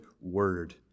word